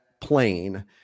plane